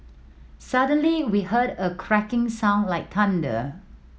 suddenly we heard a cracking sound like thunder